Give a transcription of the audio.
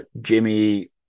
Jimmy